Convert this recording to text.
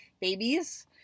babies